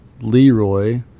Leroy